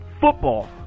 football